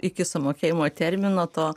iki sumokėjimo termino to